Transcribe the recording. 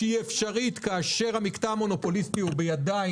שהיא אפשרית כאשר המקטע המונופוליסטי הוא בידיים